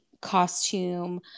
costume